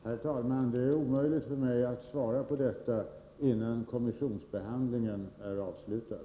Herr talman! Det är omöjligt för mig att svara på detta innan kommissionsbehandlingen är avslutad.